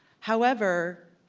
however,